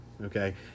okay